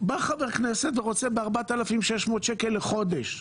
בא חבר כנסת ורוצה ללון ב-4,600 שקלים לחודש.